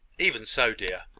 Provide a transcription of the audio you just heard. even so, dear.